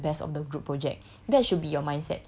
you're all doing this for the best of the group project